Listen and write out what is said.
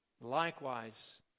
Likewise